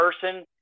person